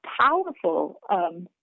powerful